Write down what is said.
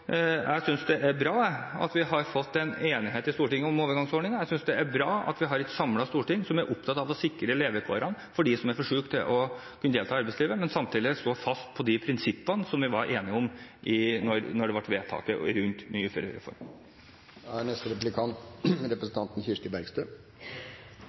Jeg synes det er bra at vi har fått en enighet i Stortinget om overgangsordningen, jeg synes det er bra at vi har et samlet storting som er opptatt av å sikre levekårene for dem som er for syke til å kunne delta i arbeidslivet, men samtidig står fast på de prinsippene vi var enige om da vi vedtok uførereformen. Jeg kan forsikre statsråden om at SV har lest sine egne proposisjoner, men det er